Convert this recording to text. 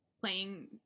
playing